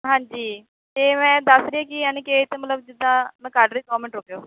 ਹਾਂਜੀ ਅਤੇ ਮੈਂ ਦੱਸ ਰਹੀ ਹਾਂ ਕਿ ਅਨੀਕੇਤ ਮਤਲਬ ਜਿੱਦਾਂ ਮੈਂ ਕਰ ਰਹੀ ਦੋ ਮਿੰਟ ਰੁਕਿਓ